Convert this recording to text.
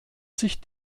sich